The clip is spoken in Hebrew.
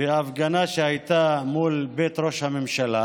בהפגנה שהייתה מול בית ראש הממשלה,